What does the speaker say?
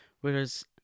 Whereas